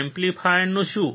એમ્પ્લીફાયરનું શું